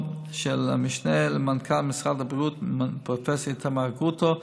של המשנה למנכ"ל משרד הבריאות פרופ' איתמר גרוטו,